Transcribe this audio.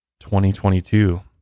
2022